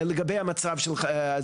לגבי המצב הזה,